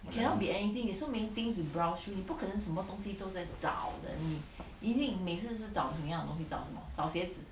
cannot be anything there are so many things to browse through 你不可能什么东西都在找的你一定每次就是找你要的东西找什么找鞋子